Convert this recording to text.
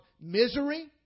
misery